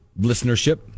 listenership